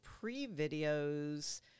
pre-videos